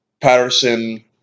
Patterson